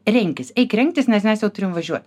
renkis eik rengtis nes mes jau turim važiuot